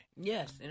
yes